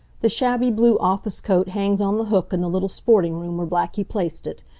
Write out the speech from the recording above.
the shabby blue office coat hangs on the hook in the little sporting room where blackie placed it.